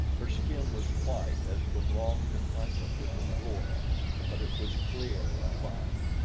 her skin was white as from long confinement within doors but it was clear and fine.